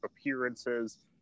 appearances